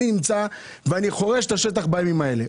אני חורש את השטח בימים האלה,